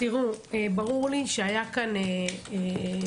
ברור לי שהיה כאן ניסיון.